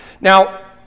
Now